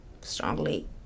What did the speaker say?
strongly